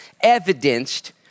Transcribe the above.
evidenced